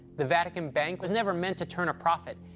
the vatican bank was never meant to turn a profit.